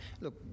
look